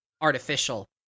artificial